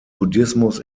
buddhismus